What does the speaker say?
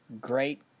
Great